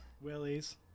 Willies